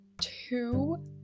two